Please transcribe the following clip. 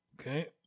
Okay